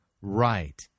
Right